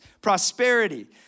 Prosperity